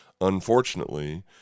unfortunately